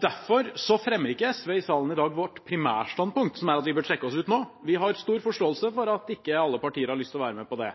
Derfor fremmer ikke SV i salen i dag sitt primærstandpunkt, som er at vi bør trekke oss ut nå – vi har stor forståelse for at ikke alle partier har lyst til å være med på det,